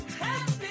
Happy